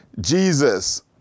Jesus